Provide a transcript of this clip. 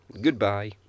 Goodbye